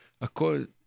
according